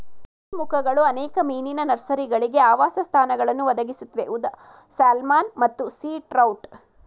ನದೀಮುಖಗಳು ಅನೇಕ ಮೀನಿನ ನರ್ಸರಿಗಳಿಗೆ ಆವಾಸಸ್ಥಾನಗಳನ್ನು ಒದಗಿಸುತ್ವೆ ಉದಾ ಸ್ಯಾಲ್ಮನ್ ಮತ್ತು ಸೀ ಟ್ರೌಟ್